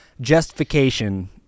justification